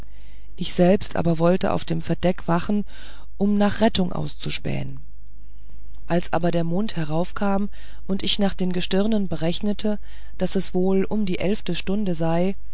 ich selbst aber wollte auf dem verdeck wachen um nach rettung auszuspähen als aber der mond heraufkam und ich nach den gestirnen berechnete daß es wohl um die eilfte stunde sei